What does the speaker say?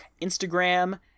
Instagram